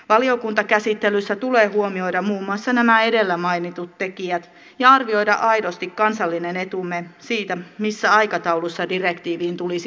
valiokuntakäsittelyssä tulee huomioida muun muassa nämä edellä mainitut tekijät ja arvioida aidosti kansallinen etumme siitä missä aikataulussa direktiiviin tulisi vastata